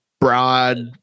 broad